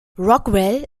rockwell